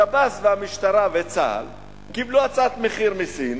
שב"ס והמשטרה וצה"ל קיבלו הצעת מחיר מסין